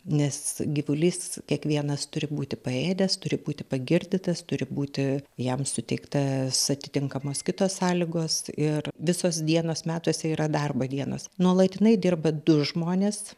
nes gyvulys kiekvienas turi būti paėdęs turi būti pagirdytas turi būti jam suteiktas atitinkamos kitos sąlygos ir visos dienos metuose yra darbo dienos nuolatinai dirba du žmonės